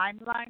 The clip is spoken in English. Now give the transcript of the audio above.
timeline